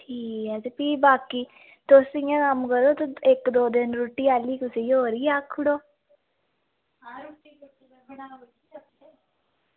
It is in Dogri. ठीक ऐ ते भी बाकी ते तुस इंया कम्म करेओ इक्क दौ दिन रुट्टी आह्ली कुसै होर गी आक्खी ओड़ो